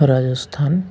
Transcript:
Rajasthan